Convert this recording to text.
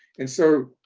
and so,